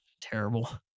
terrible